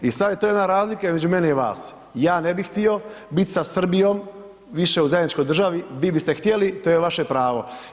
I sad je to jedna razlika između mene i vas, ja ne bi htio biti sa Srbijom više u zajedničkoj državi, vi biste htjeli to je vaše pravo.